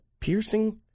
piercing